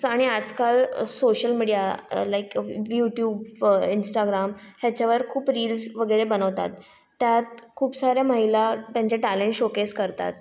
आणि आजकाल social media like YouTube Instagram ह्याच्यावर खूप रील्स वगैरे बनवतात त्यात खूप साऱ्या महिला त्यांचे टॅलेन्ट शोकेस करतात